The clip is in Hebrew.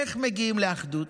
איך מגיעים לאחדות?